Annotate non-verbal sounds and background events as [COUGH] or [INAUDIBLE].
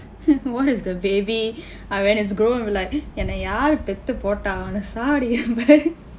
what is the baby ah when it's grown it will be like [BREATH] என்ன யாரு பெத்து போட்டா அவனை சாவடிக்கணும் இப்ப:enna yaaru peththu pootdaa avanai saavadikkanum ippa